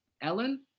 Ellen